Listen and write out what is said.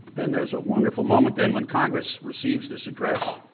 and there's a wonderful moment then when congress receives this address.